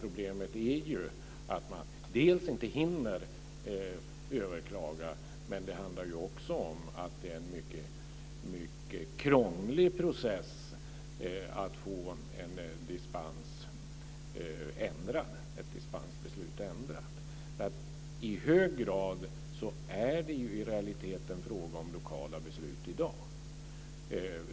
Problemet är ju delvis att man inte hinner överklaga, men det handlar också om att det är en mycket krånglig process att få ett dispensbeslut ändrat. Så i hög grad är det som gäller i realiteten fråga om lokala beslut i dag.